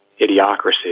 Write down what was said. idiocracy